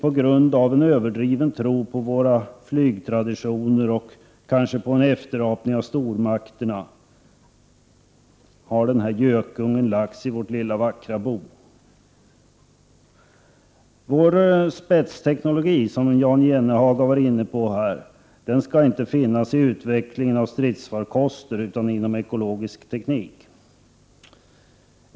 På grund av en överdriven tro på våra flygtraditioner och kanske som en efterapning av stormakternas krigsorganisationer har denna gökunge lagts i vårt lilla vackra bo. Vår spetsteknologi, som Jan Jennehag har varit inne på här, skall inte finnas i utvecklingen av stridsfarkoster utan inom ekologisk teknik.